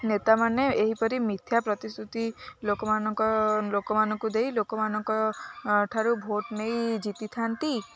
ନେତାମାନେ ଏହିପରି ମିଥ୍ୟା ପ୍ରତିଶ୍ରୁତି ଲୋକମାନଙ୍କ ଲୋକମାନଙ୍କୁ ଦେଇ ଲୋକମାନଙ୍କଠାରୁ ଭୋଟ ନେଇ ଜିତିଥାନ୍ତି